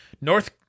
North